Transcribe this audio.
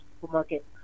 supermarket